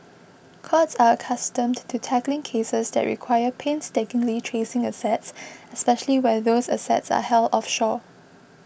courts are accustomed to tackling cases that require painstakingly tracing assets especially where those assets are held offshore